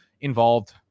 involved